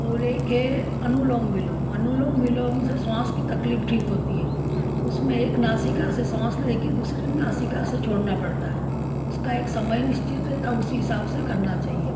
और एक है अनुलोम बिलोम अनुलोम बिलोम से श्वास की तकलीफ ठीक होती है उसमें एक नासिका से श्वास लेकर दूसरी नासिका से छोड़ना पड़ता है उसका एक समय निश्चित रहता है उसी हिसाब से करना चाहिए